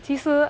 其实